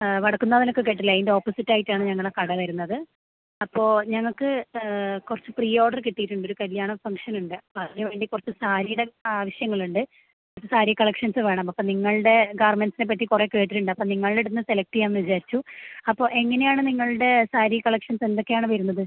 വടക്കുന്നാഥനൊക്കെ കേട്ടില്ലേ അതിൻ്റെ ഓപ്പോസിറ്റായിറ്റാണ് ഞങ്ങളെ കട വരുന്നത് അപ്പോള് ഞങ്ങള്ക്ക് കുറച്ച് പ്രീ ഓർഡര് കിട്ടിയിട്ടുണ്ട് ഒരു കല്ല്യാണ ഫംഗ്ഷനുണ്ട് അപ്പോള് അതിനുവേണ്ടി കുറച്ച് സാരിയുടെ ആവശ്യങ്ങളുണ്ട് സാരി കളക്ഷൻസ് വേണം അപ്പോള് നിങ്ങളുടെ ഗാർമെൻറ്റ്സിനെ പറ്റി കുറേ കേട്ടിട്ടുണ്ട് അപ്പോള് നിങ്ങളുടെ അടുത്തുനിന്നു സെലക്റ്റ് ചെയ്യാമെന്ന് വിചാരിച്ചു അപ്പോള് എങ്ങനെയാണ് നിങ്ങളുടെ സാരി കളക്ഷൻസെന്തൊക്കെയാണ് വരുന്നത്